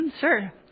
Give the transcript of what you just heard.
Sure